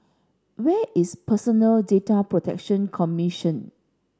where is Personal Data Protection Commission